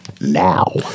now